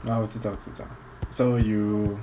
ah 我知道我知道 so you